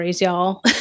y'all